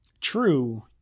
True